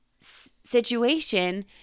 situation